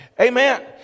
amen